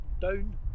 down